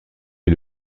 est